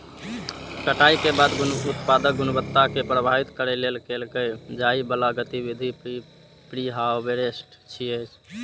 कटाइ के बाद उत्पादक गुणवत्ता कें प्रभावित करै लेल कैल जाइ बला गतिविधि प्रीहार्वेस्ट छियै